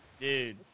Dude